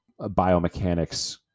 biomechanics